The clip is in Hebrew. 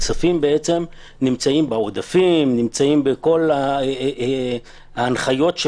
העודפים נמצאים בכל ההנחיות.